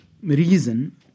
reason